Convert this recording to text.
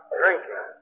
drinking